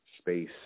space